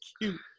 cute